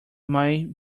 might